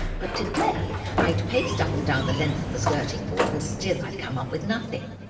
but today i'd paced up and down the length of the skirting board and still i'd come up with nothing.